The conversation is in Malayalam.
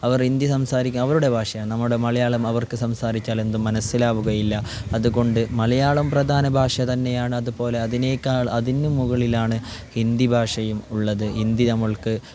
അവർ ഹിന്ദി സംസാരിക്കുന്ന അവരുടെ ഭാഷയാണ് നമ്മുടെ മലയാളം അവർക്ക് സംസാരിച്ചാൽ എന്ത് മനസ്സിലാവുകയില്ല അതുകൊണ്ട് മലയാളം പ്രധാന ഭാഷ തന്നെയാണത് പോലെ അതിനേക്കാൾ അതിനും മുകളിലാണ് ഹിന്ദി ഭാഷയും ഉള്ളത് ഹിന്ദി നമുക്ക്